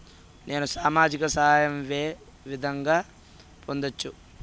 నేను సామాజిక సహాయం వే విధంగా పొందొచ్చు?